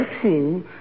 true